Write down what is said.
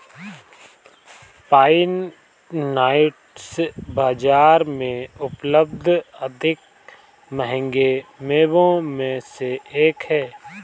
pine nuts बाजार में उपलब्ध अधिक महंगे मेवों में से एक हैं